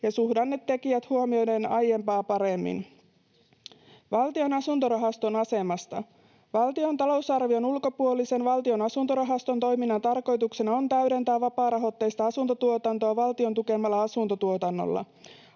ja suhdannetekijät huomioiden aiempaa paremmin. Valtion asuntorahaston asemasta: Valtion talousarvion ulkopuolisen Valtion asuntorahaston toiminnan tarkoituksena on täydentää vapaarahoitteista asuntotuotantoa valtion tukemalla asuntotuotannolla.